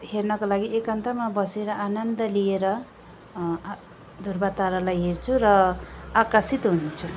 हेर्नको लागि एकान्तमा बसेर आनन्द लिएर ध्रुव तारालाई हेर्छु र आकर्षित हुन्छु